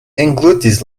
englutis